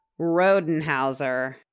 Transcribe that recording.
Rodenhauser